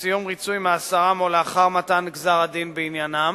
סיום ריצוי מאסרם או לאחר מתן גזר-הדין בעניינם.